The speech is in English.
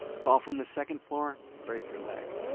fall from the second floor, break your leg.